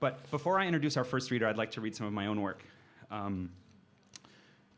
but before i introduce our first reader i'd like to read some of my own work